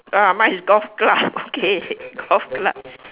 ya mine is golf club okay golf club